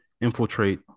infiltrate